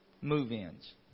move-ins